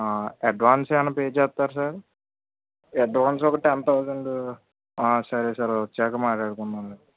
advance ఏమన్నపే చేస్తారా sir advance ఒక టెన్ థౌసండ్ సరే సార్ వచ్చాక మాట్లాడుకుందాం